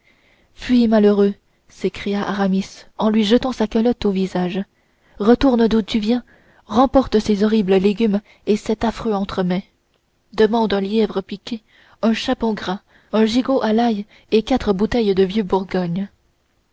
fuis malheureux s'écria aramis en lui jetant sa calotte au visage retourne d'où tu viens remporte ces horribles légumes et cet affreux entremets demande un lièvre piqué un chapon gras un gigot à l'ail et quatre bouteilles de vieux bourgogne